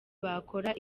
bakora